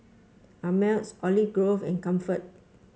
Ameltz Olive Grove and Comfort